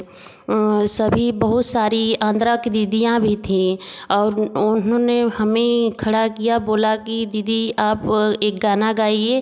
सभी बहुत सारी आंध्रा कि दिदियाँ भी थी और उन्होंने हमें खड़ा किया बोला कि दीदी आप एक गाना गाइए